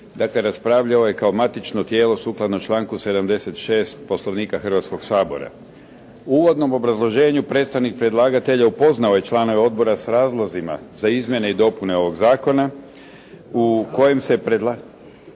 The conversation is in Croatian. Dakle raspravljao je kao matično tijelo sukladno članku 76. Poslovnika Hrvatskoga sabora. U uvodnom obrazloženju predstavnik predlagatelja upoznao je članove Odbora sa razlozima za izmjene i dopune ovog zakona u kojem se predlažu